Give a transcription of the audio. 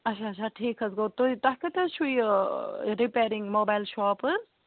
اچھا اچھا ٹھیٖک حظ گوٚو تۄہہِ کَتہِ حظ چھُو یہِ رٔپیرنٛگ موبایِل شاپ حظ